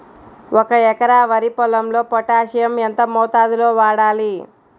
ఒక ఎకరా వరి పొలంలో పోటాషియం ఎంత మోతాదులో వాడాలి?